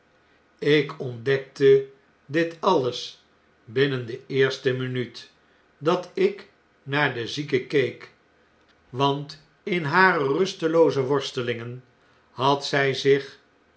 lk ontdekte dit alles binnen de eerste minuut dat ik naar de zieke keek want in hare rusin londen en parijs telooze worstelingen had zij zich